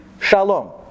shalom